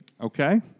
Okay